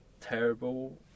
terrible